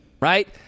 right